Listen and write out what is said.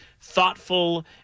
thoughtful